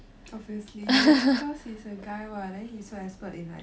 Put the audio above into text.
obviously cause he's a guy what then he so expert in like